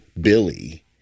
Billy